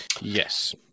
Yes